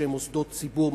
במוסדות שהם מוסדות ציבור,